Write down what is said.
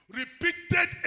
repeated